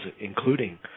including